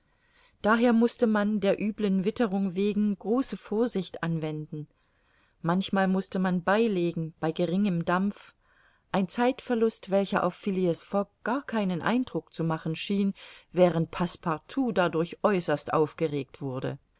daher mußte man der üblen witterung wegen große vorsicht anwenden manchmal mußte man beilegen bei geringem dampf ein zeitverlust welcher auf phileas fogg gar keinen eindruck zu machen schien während passepartout dadurch äußerst aufgeregt wurde